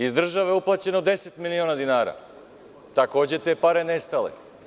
Iz države je uplaćeno 10 miliona dinara, takođe te pare nestale.